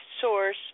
source